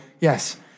Yes